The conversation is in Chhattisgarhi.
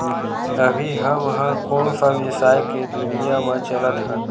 अभी हम ह कोन सा व्यवसाय के दुनिया म चलत हन?